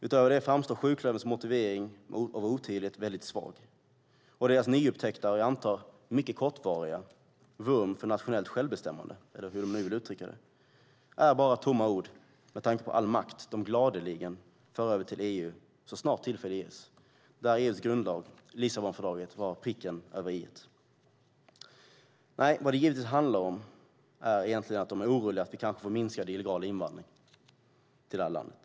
Utöver det framstår sjuklöverns motivering om otydlighet som väldigt svag. Deras nyupptäckta, och jag antar mycket kortvariga, vurm för nationellt självbestämmande, eller hur de nu vill uttrycka det, är bara tomma ord med tanke på all makt de gladeligen för över till EU så snart tillfälle ges. Där var EU:s grundlag, Lissabonfördraget, pricken över i. Nej, vad det givetvis handlar om är att de egentligen är oroliga att vi kanske får minskad illegal invandring till det här landet.